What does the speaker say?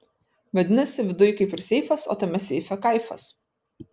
vadinasi viduj kaip ir seifas o tame seife kaifas